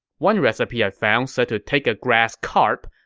one recipe i found said to take a grass carp,